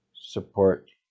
support